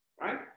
right